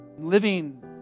Living